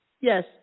Yes